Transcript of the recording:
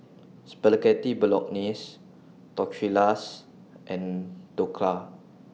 Spaghetti Bolognese Tortillas and Dhokla